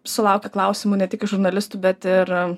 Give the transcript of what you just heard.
sulaukiu klausimų ne tik iš žurnalistų bet ir